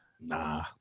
Nah